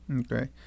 Okay